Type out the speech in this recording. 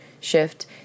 shift